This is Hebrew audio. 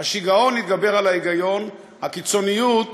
השיגעון התגבר על ההיגיון, הקיצוניות